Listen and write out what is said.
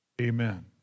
amen